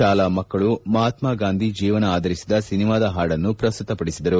ಶಾಲಾ ಮಕ್ಕಳು ಮಹಾತ್ನಾ ಗಾಂಧಿ ಜೀವನ ಆಧರಿಸಿದ ಸಿನಿಮಾದ ಹಾಡನ್ನು ಪ್ರಸ್ತುತ ಪಡಿಸಿದ್ದರು